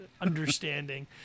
understanding